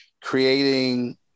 creating